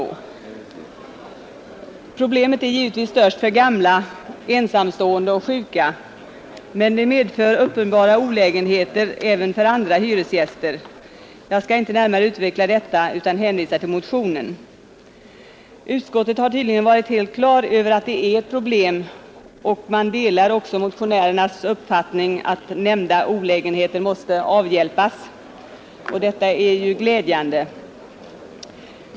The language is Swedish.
till FROST Problemet är givetvis störst för gamla, ensamstående och sjuka. Men Sem - låst under dagtid det medför uppenbara olägenheter även för andra hyresgäster. Jag skall inte närmare utveckla detta utan hänvisar till motionen. Utskottet har tydligen varit helt på det klara med att detta är ett problem och delar ”motionärernas uppfattning att nämnda olägenheter måste avhjälpas”. Detta är ju glädjande.